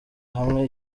hamwe